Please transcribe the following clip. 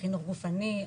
חינוך גופני,